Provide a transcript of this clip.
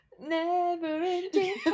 Never-ending